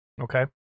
Okay